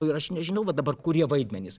ir aš nežinau va dabar kurie vaidmenys